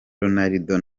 ronaldo